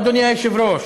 אדוני היושב-ראש.